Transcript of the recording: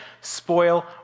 spoil